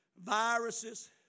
viruses